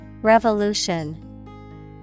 Revolution